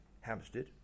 Hampstead